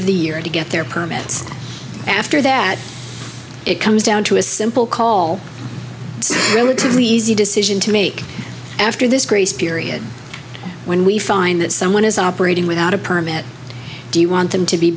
of the year to get their permits after that it comes down to a simple call it's relatively easy decision to make after this grace period when we find that someone is operating without a permit do you want them to be